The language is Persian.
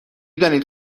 دانید